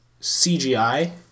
CGI